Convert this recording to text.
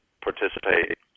participate